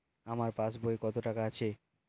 আমার পাস বইতে কত টাকা আছে?